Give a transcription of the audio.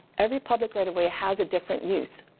every public right of way has a different use.